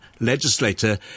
legislator